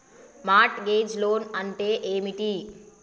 Mart gauge loan అంటే ఏమిటి?